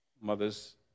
mothers